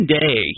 day